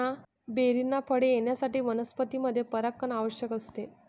बेरींना फळे येण्यासाठी वनस्पतींमध्ये परागण आवश्यक असते